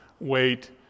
wait